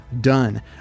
done